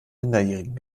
minderjährigen